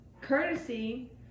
courtesy